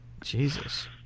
Jesus